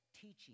teaching